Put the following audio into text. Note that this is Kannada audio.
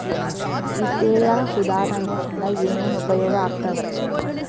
ವಿತ್ತೇಯ ಸುಧಾರಣೆ ಇಂದ ಏನೇನ್ ಉಪಯೋಗ ಆಗ್ತಾವ